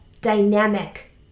dynamic